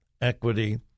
equity